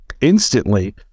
instantly